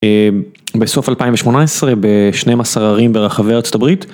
בסוף 2018, ב-12 ערים ברחבי ארה״ב.